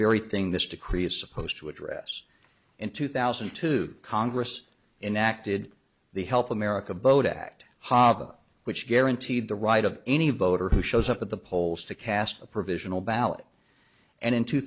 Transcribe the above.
very thing this decree it's supposed to address in two thousand and two congress enacted the help america vote act hava which guaranteed the right of any voter who shows up at the polls to cast a provisional ballot and in two